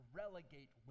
relegate